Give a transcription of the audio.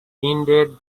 ended